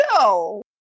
No